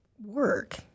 work